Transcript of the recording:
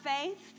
faith